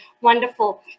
wonderful